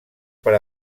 per